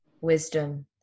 wisdom